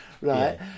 Right